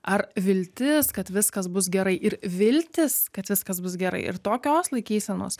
ar viltis kad viskas bus gerai ir viltis kad viskas bus gerai ir tokios laikysenos